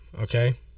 okay